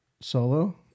solo